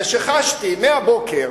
זה שחשתי מהבוקר